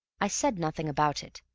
i said nothing about it,